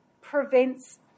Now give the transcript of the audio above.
prevents